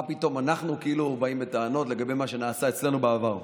מה פתאום אנחנו כאילו באים בטענות לגבי מה שנעשה אצלנו בעבר.